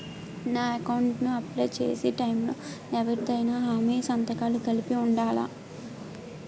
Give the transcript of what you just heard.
నా అకౌంట్ ను అప్లై చేసి టైం లో ఎవరిదైనా హామీ సంతకాలు కలిపి ఉండలా?